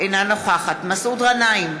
אינה נוכחת מסעוד גנאים,